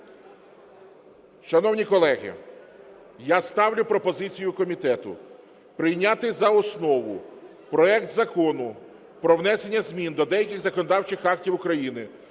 Шановні колеги, я ставлю пропозицію комітету, прийняти за основу проект Закону про внесення змін до деяких законодавчих актів України